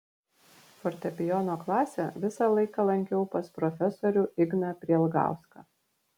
fortepijono klasę visą laiką lankiau pas profesorių igną prielgauską